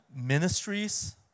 ministries